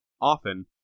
often